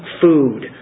food